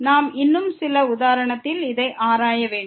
நாம் இன்னும் சில உதாரணத்தில் இதை ஆராய வேண்டும்